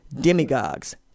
Demagogues